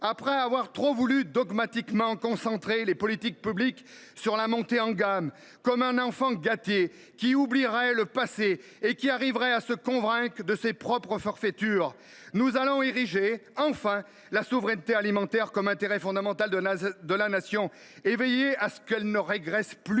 Après avoir trop voulu concentrer les politiques publiques sur la montée en gamme, par dogmatisme, et comme un enfant gâté qui oublierait le passé et qui arriverait à se convaincre de ses propres forfaitures, nous allons enfin ériger la souveraineté alimentaire en intérêt fondamental de la Nation et veiller à ce qu’elle ne régresse plus.